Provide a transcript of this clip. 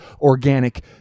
organic